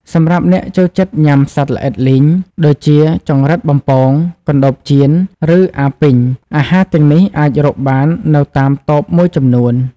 សម្រាប់អ្នកចូលចិត្តញុាំសត្វល្អិតលីង ដូចជា ចង្រិតបំពង កណ្ដូបចៀន ឬអាពីង អាហារទាំងនេះអាចរកបាននៅតាមតូបមួយចំនួន ។